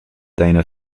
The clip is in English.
dana